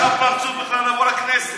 איך יש לך פרצוף בכלל לבוא לכנסת,